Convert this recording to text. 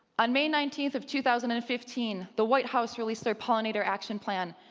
on may nineteenth of two thousand and fifteen, the white house released their pollinator action plan.